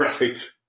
Right